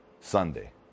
Sunday